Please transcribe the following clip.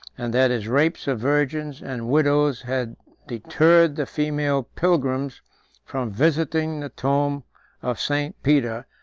and that his rapes of virgins and widows had deterred the female pilgrims from visiting the tomb of st. peter,